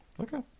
Okay